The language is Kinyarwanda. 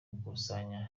gukusanya